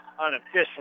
unofficially